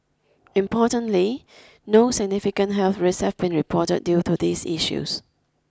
importantly no significant health risks have been reported due to these issues